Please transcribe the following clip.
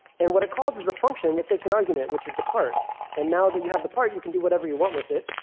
and what it calls is a function that takes an argument, which is the part. and now that you have the part, you can do whatever you want with it.